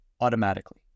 automatically